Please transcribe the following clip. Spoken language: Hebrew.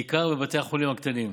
בעיקר בבתי החולים הקטנים.